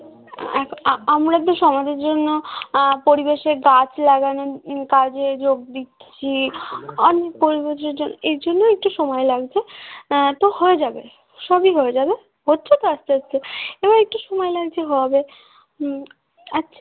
এক আমরা তো সমাজের জন্য পরিবেশে গাছ লাগানো কাজে যোগ দিচ্ছি অনেক পরিবেশের জন্য এর জন্য একটু সময় লাগছে তো হয়ে যাবে সবই হয়ে যাবে হচ্ছে তো আস্তে আস্তে এবার একটু সময় লাগছে হবে হুম আচ্ছা